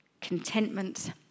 contentment